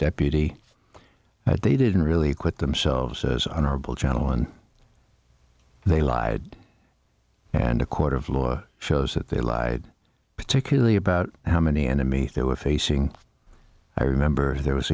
deputy that they didn't really equip themselves as honorable gentleman they lied and a court of law shows that they lied particularly about how many enemy they were facing i remember there was